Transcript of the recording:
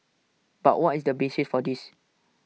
but what is the basis for this